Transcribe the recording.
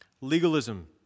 Legalism